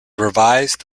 revised